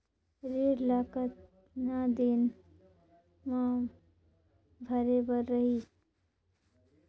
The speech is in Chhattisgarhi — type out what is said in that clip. ऋण ला कतना दिन मा भरे बर रही?